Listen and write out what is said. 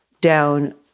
down